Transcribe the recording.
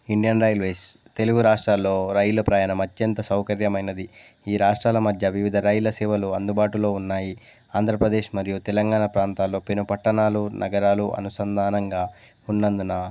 Indian Railways Telugu రాష్ట్రాల్లో రైలు ప్రయాణం అత్యంత సౌకర్యమైనది ఈ రాష్ట్రాల మధ్య వివిధ రైళ్ళ సేవలు అందుబాటులో ఉన్నాయి ఆంధ్రప్రదేశ్ మరియు తెలంగాణ ప్రాంతాల్లో పెనుపట్టణాలు నగరాలు అనుసంధానంగా ఉన్నందున